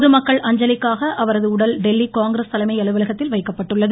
பொதுமக்கள் அஞ்சலிக்காக அவரது உடல் டெல்லி காங்கிரஸ் தலைமை அலுவலகத்தில் வைக்கப்பட்டுள்ளது